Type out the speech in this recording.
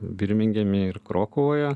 birmingeme ir krokuvoje